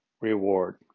reward